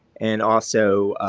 and also